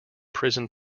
prison